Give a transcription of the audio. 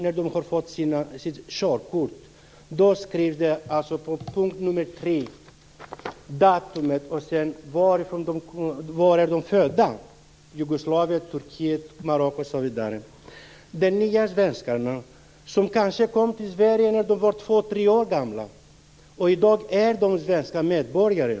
På invandrarnas körkort anges under p. 3 datum och födelseland, t.ex. Jugoslavien, Turkiet eller Marocko. De nya svenskarna har kanske kommit till Sverige när de var två eller tre år gamla, men i dag är de svenska medborgare.